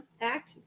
Act